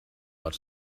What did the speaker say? but